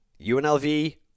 UNLV